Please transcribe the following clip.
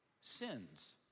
sins